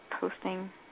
posting